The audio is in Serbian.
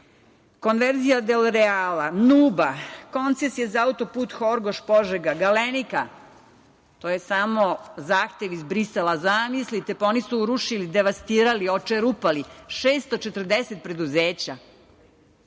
konverzija "Delreala", "Nuba", koncesija za autoput Horgoš - Požega, "Galenika". To je samo zahtev iz Brisela. Zamislite, pa oni su urušili, devastirali, očerupali 640 preduzeća